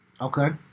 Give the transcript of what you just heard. Okay